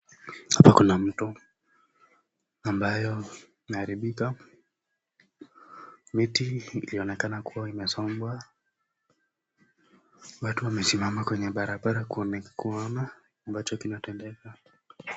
Hapa kuna mto ambayo inaharibika, miti inaonekana kuwa inasombwa, watu wamesimama kwenye barabara kuona ambacho kinatemdeka.